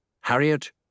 Harriet